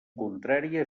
contrària